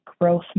growth